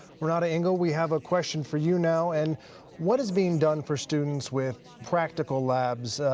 renata engel we have a question for you now and what is being done for students with practical labs,